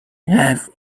have